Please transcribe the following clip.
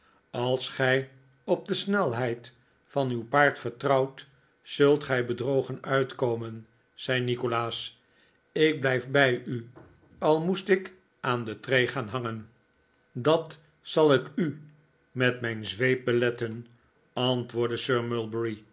als gij op de snelheid van uw paard vertrouwt zult gij bedrogen uitkomen zei nikolaas ik blijf bij u al moest ik aan de tree gaan hangen dat zal ik u met mijn zweep beletten antwoordde sir mulberry